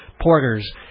Porters